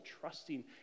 trusting